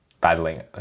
battling